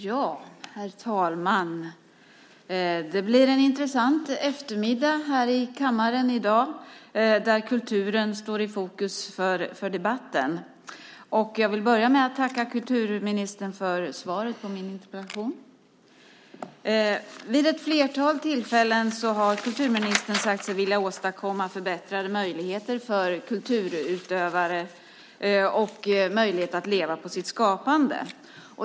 Herr talman! Det blir en intressant eftermiddag här i kammaren i dag, där kulturen står i fokus för debatten. Jag vill börja med att tacka kulturministern för svaret på min interpellation. Vid ett flertal tillfällen har kulturministern sagt sig vilja åstadkomma förbättrade möjligheter för kulturutövare och möjlighet att leva på sitt skapande.